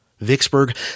Vicksburg